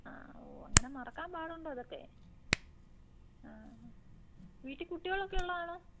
ആ ഓ അങ്ങനെ മറക്കാൻ പാടുണ്ടോ ഇതൊക്കെ ആ വീട്ടിൽ കുട്ടികളൊക്കെ ഉള്ളതാണോ